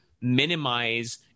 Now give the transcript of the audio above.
minimize